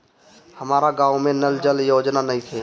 हमारा गाँव मे नल जल योजना नइखे?